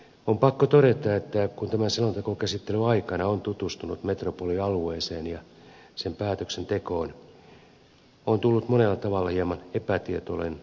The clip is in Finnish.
on pakko todeta että kun tämän selontekokäsittelyn aikana on tutustunut metropolialueeseen ja sen päätöksentekoon on tullut monella tavalla hieman epätietoinen olo